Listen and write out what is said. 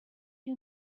you